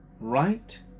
right